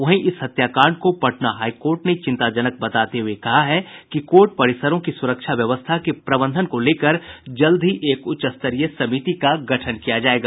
वहीं इस हत्याकांड को पटना हाई कोर्ट ने चिंताजनक बताते हुये कहा है कि कोर्ट परिसरों की सुरक्षा व्यवस्था के प्रबंधन को लेकर जल्द ही एक उच्च स्तरीय समिति का गठन किया जायेगा